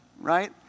right